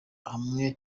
hamwe